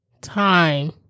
time